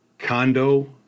condo